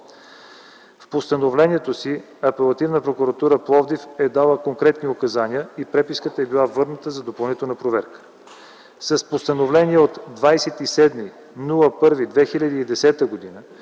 В постановлението си Апелативна прокуратура – Пловдив, е дала конкретни указания и преписката е била върната за допълнителна проверка. С постановление от 27 януари 2010 г. на